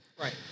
Right